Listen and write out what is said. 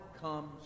comes